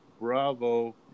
bravo